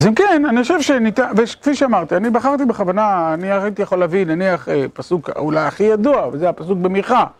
אז אם כן, אני חושב שניתן, וכפי שאמרתי, אני בחרתי בכוונה, אני הייתי יכול להבין, נניח, פסוק אולי הכי ידוע, וזה הפסוק במיכה.